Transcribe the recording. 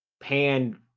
pan